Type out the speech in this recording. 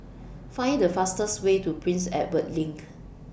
Find The fastest Way to Prince Edward LINK